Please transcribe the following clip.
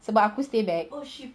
sebab aku yang stay back